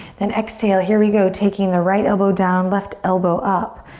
then exhale. here we go taking the right elbow down, left elbow up.